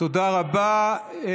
תודה רבה.